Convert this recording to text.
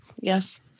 Yes